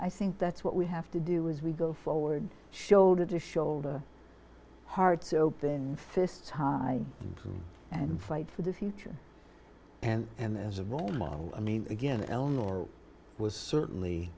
i think that's what we have to do as we go forward shoulder to shoulder hearts open fists high and fight for the future and and as a role model i mean again eleanor was certainly